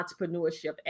entrepreneurship